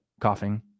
coughing